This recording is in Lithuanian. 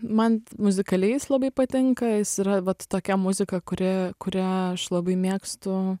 man muzikaliai jis labai patinka jis yra vat tokia muzika kuri kurią aš labai mėgstu